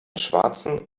schwarzen